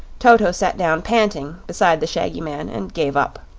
toto sat down panting beside the shaggy man and gave up.